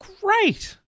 great